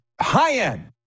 high-end